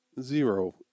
zero